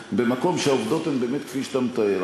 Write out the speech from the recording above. במָקום שהעובדות הן באמת כפי שאתה מתאר.